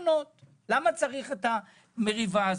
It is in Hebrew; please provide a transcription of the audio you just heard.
למה צריך את המריבה הזאת?